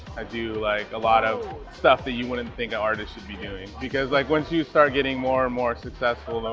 i do like a lot of stuff that you wouldn't think an artist should be doing. because like once you start getting more and more successful,